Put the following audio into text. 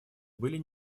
были